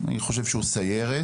אני חושב שהוא סיירת.